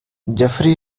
jeffrey